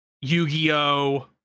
Yu-Gi-Oh